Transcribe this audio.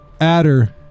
Adder